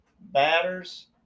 batters